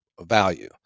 value